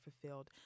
fulfilled